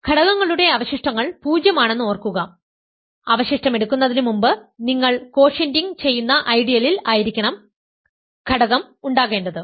ഘടകങ്ങളുടെ അവശിഷ്ടങ്ങൾ 0 ആണെന്ന് ഓർക്കുക അവശിഷ്ടമെടുക്കുന്നതിന് മുമ്പ് നിങ്ങൾ കോഷ്യന്റിങ് ചെയ്യുന്ന ഐഡിയലിൽ ആയിരിക്കണം ഘടകം ഉണ്ടാകേണ്ടത്